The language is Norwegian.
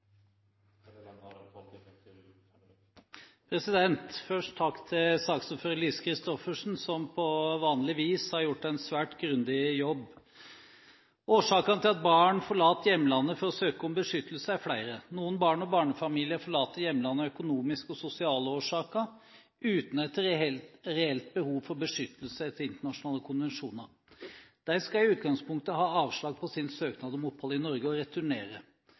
omme. Først takk til saksordfører Lise Christoffersen, som på vanlig vis har gjort en svært grundig jobb. Årsakene til at barn forlater hjemlandet for å søke om beskyttelse, er flere. Noen barn og barnefamilier forlater hjemlandet av økonomiske og sosiale årsaker, uten et reelt behov for beskyttelse etter internasjonale konvensjoner. De skal i utgangspunktet ha avslag på sin søknad om opphold i Norge og returnere,